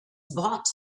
bought